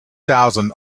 thousand